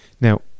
Now